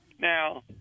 Now